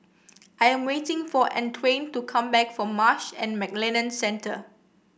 I am waiting for Antwain to come back from Marsh and McLennan Centre